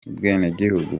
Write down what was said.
ubwenegihugu